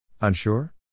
Unsure